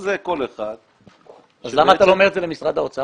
דודי, למה אתה לא אומר את זה למשרד האוצר?